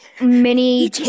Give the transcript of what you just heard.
Mini